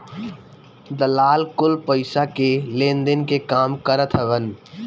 दलाल कुल पईसा के लेनदेन के काम करत हवन